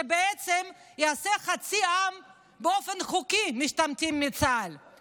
שבעצם יעשה את חצי העם משתמטים מצה"ל באופן חוקי.